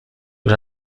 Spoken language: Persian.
دور